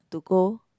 to go